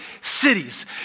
cities